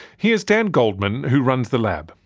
here's dan goldman, who runs the lab.